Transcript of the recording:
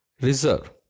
reserve